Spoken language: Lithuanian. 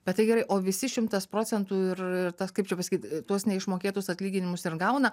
bet tai gerai o visi šimtas procentų ir tas kaip čia pasakyt tuos neišmokėtus atlyginimus ir gauna